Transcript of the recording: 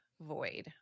void